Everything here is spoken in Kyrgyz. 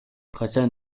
качан